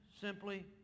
simply